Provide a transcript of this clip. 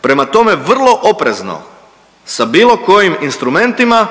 Prema tome, vrlo oprezno sa bilo kojim instrumentima